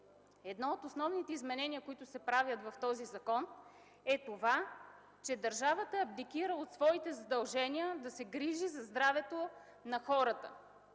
Едно от основните изменения, които се правят в този закон, е, че държавата абдикира от задълженията си да се грижи за здравето на хората